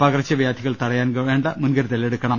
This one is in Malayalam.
പകർച്ചവ്യാധികൾ തടയാൻ വേണ്ട മുൻകരുതലെടുക്കണം